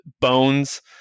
bones